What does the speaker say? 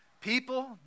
People